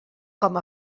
com